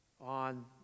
on